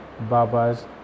Baba's